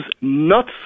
nuts